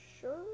Sure